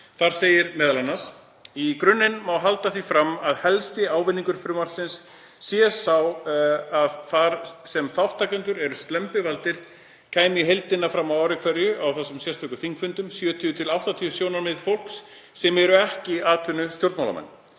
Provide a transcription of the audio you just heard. Þar segir m.a.: „[Í] grunninn má halda því fram að helsti ávinningur frumvarpsins sé sá að þar sem þátttakendur eru slembivaldir kæmu í heildina fram á ári hverju, á þessum sérstöku þingfundum, 70 til 80 sjónarmið fólks sem ekki eru atvinnustjórnmálamenn.